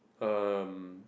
um